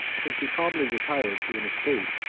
since he calmly retired to an estate,